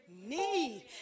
need